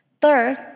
Third